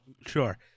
Sure